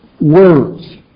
words